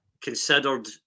considered